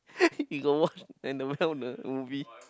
you got watch Anabelle the movie